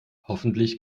hoffentlich